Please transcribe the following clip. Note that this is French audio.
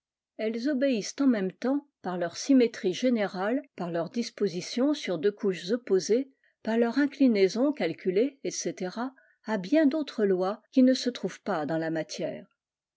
elles obéissant en même temps par leur symétrie générale par leur disposition sur deux couches opposées par leur inclinaison calculée etc à bien d'autres lois qui ne se trouvent pas dans la matière